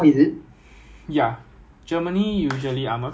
there is Taiwan but Taiwan I think obsolete 了 phase out 了